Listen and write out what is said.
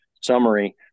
summary